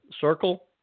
circle